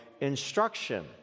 instruction